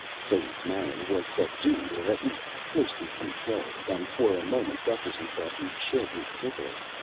fay's manner was subdued or at least closely controlled and for a moment gusterson thought he'd shed his tickler.